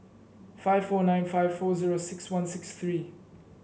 five four nine five four zero six one six three